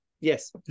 Yes